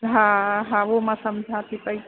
हा हा उहो मां समुझा थी पेई